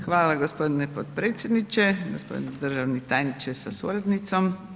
Hvala gospodine potpredsjedniče, gospodine državni tajniče sa suradnicom.